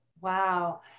Wow